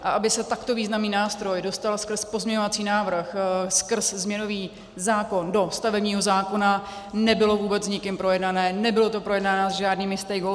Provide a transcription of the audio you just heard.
A aby se takto významný nástroj dostal skrz pozměňovací návrh, skrz změnový zákon do stavebního zákona, nebylo vůbec nikým projednané, nebylo to projednáno s žádnými stakeholdery.